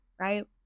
right